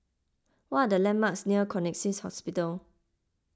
what are the landmarks near Connexions Hospital